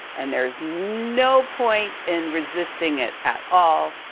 and there's no point in resisting it at all.